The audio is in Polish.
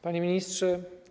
Panie Ministrze!